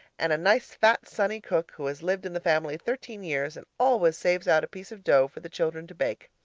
and a nice, fat, sunny cook who has lived in the family thirteen years and always saves out a piece of dough for the children to bake.